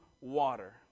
water